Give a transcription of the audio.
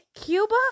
Cuba